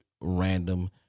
random